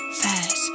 fast